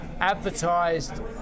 advertised